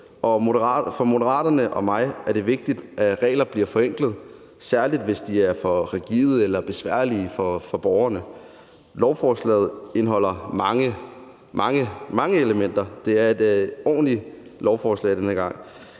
For Moderaterne og for mig er det vigtigt, at regler bliver forenklet, særlig hvis de er for rigide eller besværlige for borgerne. Lovforslaget indeholder mange, mange elementer, det er et ordentligt lovforslag den her gang,